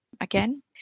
again